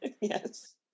Yes